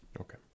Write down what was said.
okay